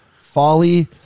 Folly